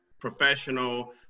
professional